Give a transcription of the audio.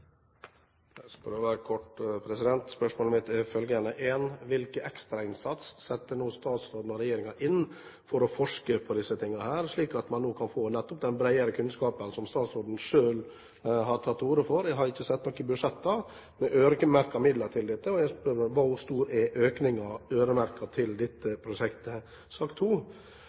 Jeg skal være kort, president. Spørsmålene mine er som følger, 1: Hvilken ekstrainnsats setter nå statsråden og regjeringen inn for å forske på dette, slik at man nettopp kan få den brede kunnskapen som statsråden selv har tatt til orde for? Jeg har ikke sett noen budsjetter der det er øremerkede midler til dette. Jeg spør: Hvor stor er økningen i de øremerkede midlene til dette prosjektet?